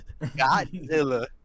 Godzilla